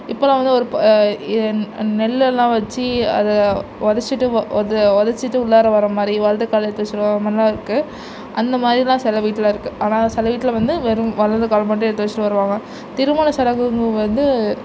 இப்பெலாம் நெல்லெல்லாம் வச்சு அதை உதைச்சிட்டு உதைச்சிட்டு உள்ளார வர மாதிரி வலது காலை எடுத்து வச்சு உள்ளே வர மாதிரிலாம் இருக்குது அந்த மாதிரிலாம் சில வீட்டில் இருக்குது ஆனால் சில வீட்டில் வந்து வெறும் வலது கால் மட்டும் எடுத்து வச்சுட்டு வருவாங்க திருமண சடங்கு வந்து